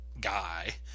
guy